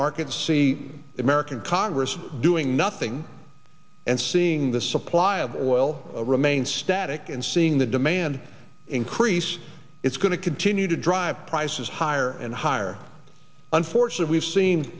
markets see american congress doing nothing and seeing the supply of oil remain static and seeing the demand increase it's going to continue to drive prices higher and higher unfortunate we've seen